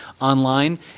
online